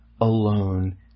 alone